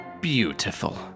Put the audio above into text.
Beautiful